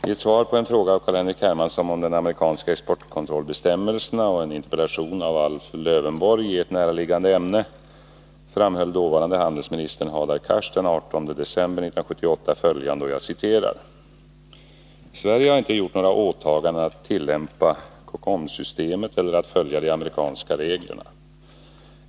I ett svar på en fråga av Carl-Henrik Hermansson om de amerikanska exportkontrollbestämmelserna och en interpellation av Alf Lövenborg i ett näraliggande ämne framhöll dåvarande handelsministern Hadar Cars den 18 december 1978 följande: ”Sverige har inte gjort några åtaganden att tillämpa COCOM-systemet eller att följa de amerikanska reglerna.